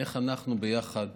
איך אנחנו ביחד